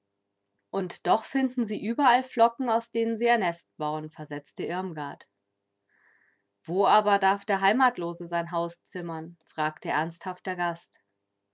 und doch finden sie überall flocken aus denen sie ihr nest bauen versetzte irmgard wo aber darf der heimatlose sein haus zimmern fragte ernsthaft der gast